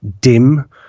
dim